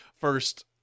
first